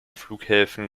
flughäfen